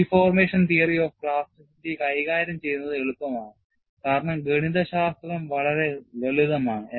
Deformation theory of plasticity കൈകാര്യം ചെയ്യുന്നത് എളുപ്പമാണ് കാരണം ഗണിതശാസ്ത്രം വളരെ ലളിതമാണ്